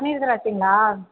பன்னீர் திராட்சைங்களா